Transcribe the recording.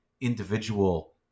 individual